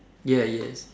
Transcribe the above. ya yes